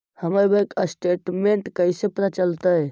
हमर bank statement कैसे पता चलतै?